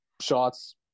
shots